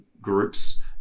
groups